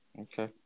Okay